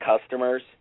customers